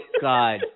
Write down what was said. god